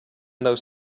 those